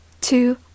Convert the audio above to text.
two